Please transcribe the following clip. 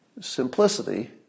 Simplicity